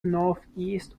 northeast